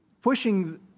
pushing